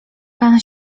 pan